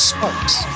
Sparks